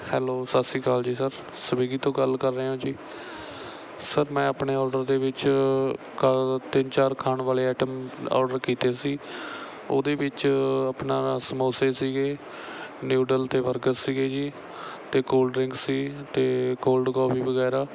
hello ਸਤਿ ਸ਼੍ਰੀ ਅਕਾਲ ਜੀ ਸਰ ਸਵੀਗੀ ਤੋਂ ਗੱਲ ਕਰ ਰਹੇ ਹੋ ਜੀ ਸਰ ਮੈਂ ਆਪਣੇ ਔਡਰ ਦੇ ਵਿੱਚ ਕੱਲ੍ਹ ਤਿੰਨ ਚਾਰ ਖਾਣ ਵਾਲੇ ਆਈਟਮ ਔਡਰ ਕੀਤੇ ਸੀ ਉਹਦੇ ਵਿੱਚ ਆਪਣਾ ਸਮੋਸੇ ਸੀਗੇ ਨਿਊਡਲ ਅਤੇ ਬਰਗਰ ਸੀਗੇ ਜੀ ਅਤੇ ਕੋਲਡ ਡਰਿੰਕ ਸੀ ਅਤੇ ਕੋਲਡ ਕੌਫੀ ਵਗੈਰਾ